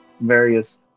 various